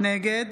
נגד